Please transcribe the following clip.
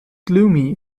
gloomy